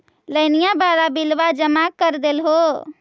लोनिया वाला बिलवा जामा कर देलहो?